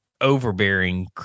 overbearing